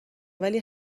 ولی